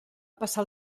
passar